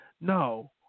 No